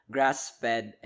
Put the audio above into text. Grass-fed